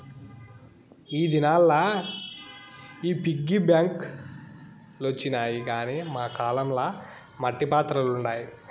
ఈ దినాల్ల ఈ పిగ్గీ బాంక్ లొచ్చినాయి గానీ మా కాలం ల మట్టి పాత్రలుండాయి